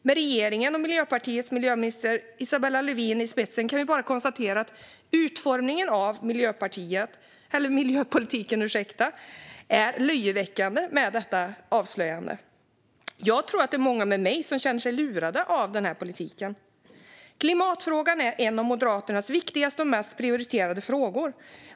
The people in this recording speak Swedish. Med det här avslöjandet kan vi nu konstatera att regeringens utformning av miljöpolitiken, som Miljöpartiets miljöminister går i spetsen för, är löjeväckande. Jag tror att det är många med mig som känner sig lurade av den här politiken. Klimatfrågan är en av Moderaternas viktigaste och mest prioriterade frågor.